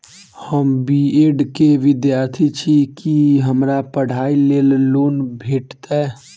हम B Ed केँ विद्यार्थी छी, की हमरा पढ़ाई लेल लोन भेटतय?